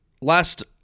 last